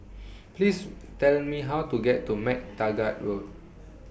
Please Tell Me How to get to MacTaggart Road